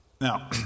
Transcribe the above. Now